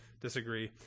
disagree